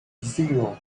zero